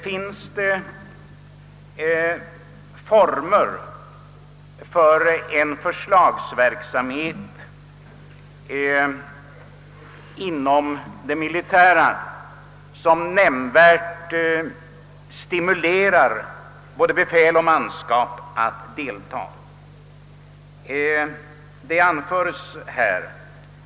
Finns det former för en förslagsverksamhet inom det militära, som nämnvärt stimulerar både befäl och manskap att deltaga?